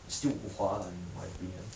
still wu hua lah in my opinion